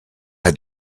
had